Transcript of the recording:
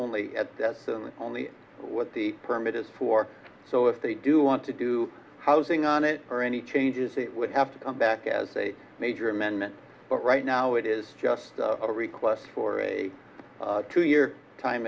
nly only what the permit is for so if they do want to do housing on it or any changes it would have to come back as a major amendment right now it is just a request for a two year time